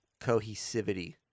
Cohesivity